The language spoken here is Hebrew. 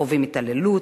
חווים התעללות,